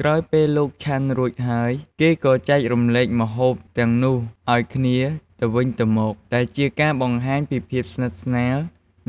ក្រោយពេលលោកឆាន់រួចហើយ គេក៏ចែករំលែកម្ហូបទាំងនោះឲ្យគ្នាទៅវិញទៅមក ដែលជាការបង្ហាញពីភាពស្និតស្នាល